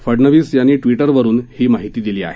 फडनवीस यांनी ट्विटरवरून ही माहिती दिली आहे